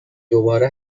دوباره